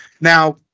now